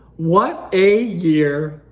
what a year?